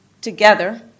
together